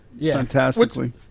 fantastically